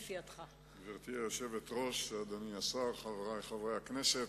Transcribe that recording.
גברתי היושבת-ראש, אדוני השר, חברי חברי הכנסת,